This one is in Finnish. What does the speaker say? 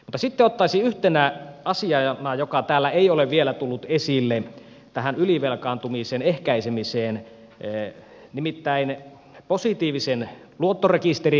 mutta sitten ottaisin yhtenä asiana joka täällä ei ole vielä tullut esille tähän ylivelkaantumisen ehkäisemiseen positiivisen luottorekisterin